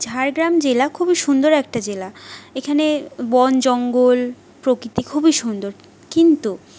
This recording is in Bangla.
ঝাড়গ্রাম জেলা খুবই সুন্দর একটা জেলা এখানে বন জঙ্গল প্রকৃতি খুবই সুন্দর কিন্তু